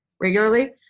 regularly